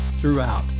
throughout